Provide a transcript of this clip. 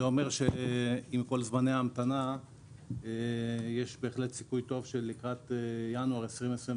מהדברים הללו אנחנו מבינים שיש סיכוי טוב שלקראת ינואר 2025